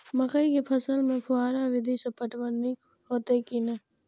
मकई के फसल में फुहारा विधि स पटवन नीक हेतै की नै?